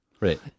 Right